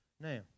Now